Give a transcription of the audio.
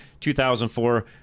2004